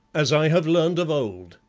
as i have learned of old,